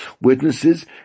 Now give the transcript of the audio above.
witnesses